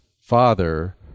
Father